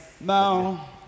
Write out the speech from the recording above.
Now